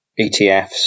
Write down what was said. ETFs